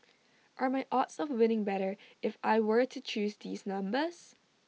are my odds of winning better if I were to choose these numbers